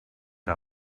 era